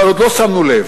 אבל עוד לא שמנו לב,